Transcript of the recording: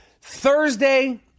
Thursday